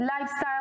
lifestyle